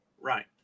Right